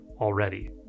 already